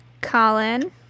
Colin